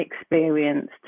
experienced